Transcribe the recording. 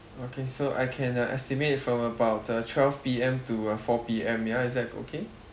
okay so I can uh estimate from about uh twelve P_M to uh four P_M ya is that okay